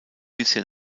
bisher